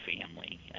family